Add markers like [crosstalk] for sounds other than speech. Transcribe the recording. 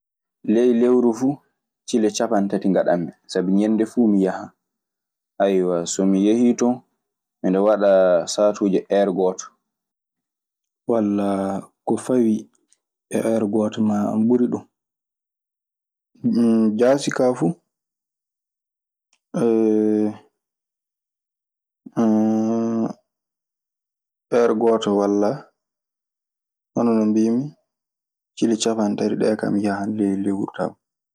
Ley lewuru fu cille ciapatanti gaɗam mi. Sabi ŋende fu mi yaham, [hesitation] so mi yehi ton miɗo wada sattuji here gooto. Jasii ka fuu [hesitation] leer gooto malla hono no mbiy mi cile cappanɗe tati ɗe kay yahan ley lewru tan.